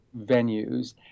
venues